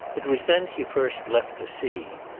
it was then he first left the sea.